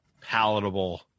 palatable